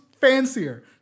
fancier